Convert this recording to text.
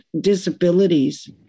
disabilities